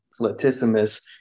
latissimus